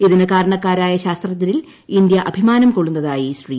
ഇതിന് കാരണക്കാരായ ശാസ്ത്രജ്ഞരിൽ ഇന്ത്യ ആ്ട്രിമാനം കൊള്ളുന്നതായി ശ്രീ